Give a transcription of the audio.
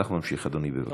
אדוני, בבקשה.